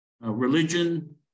religion